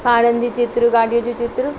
पहाड़नि जी चित्र गाॾियुनि जी चित्र